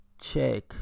check